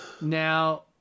Now